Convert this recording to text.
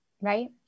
Right